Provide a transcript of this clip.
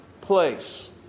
place